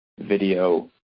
video